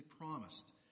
promised